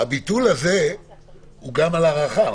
הביטול הזה הוא גם על ההארכה.